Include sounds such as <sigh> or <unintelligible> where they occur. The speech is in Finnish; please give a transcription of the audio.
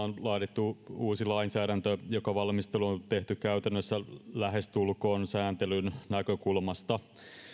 <unintelligible> on laadittu uusi lainsäädäntö jonka valmistelu on käytännössä lähestulkoon sääntelyn näkökulmasta